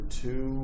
two